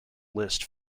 list